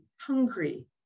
hungry